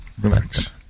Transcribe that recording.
Relax